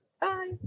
Bye